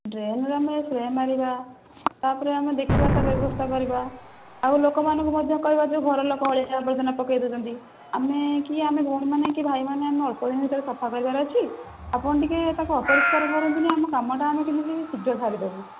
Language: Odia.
ଡ୍ରେନ୍ରେ ଆମେ ସ୍ପ୍ରେ ମାରିବା ତା'ପରେ ଆମେ ଦେଖିବା ତା ବ୍ୟବସ୍ଥା କରିବା ଆଉ ଲୋକମାନଙ୍କୁ ମଧ୍ୟ କହିବା ଯେଉଁ ଘରଲୋକ ଅଳିଆ ଆବର୍ଜନା ପକାଇଦେଉଛନ୍ତି ଆମେ କି ମାନେ ଭଉଣୀମାନେ କି ମାନେ ଭାଇମାନେ ଅଳ୍ପ ଦିନ ଭିତରେ ସଫା କରିବାର ଅଛି ଆପଣ ଟିକିଏ ତାକୁ ଅପରିଷ୍କାର କରନ୍ତୁନି ଆମ କାମଟା ଆମେ କେମିତି ଶୀଘ୍ର ସାରିଦେବୁ